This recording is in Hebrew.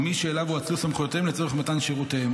או מי שאליו הואצלו סמכויותיהם לצורך מתן שירותיהם.